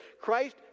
Christ